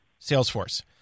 Salesforce